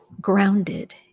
grounded